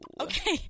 okay